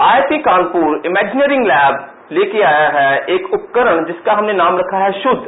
IIT Kanpur imaginary lab ले के आया है एक उपकरण जिसका मैने नाम रखा है शुद्ध